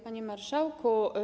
Panie Marszałku!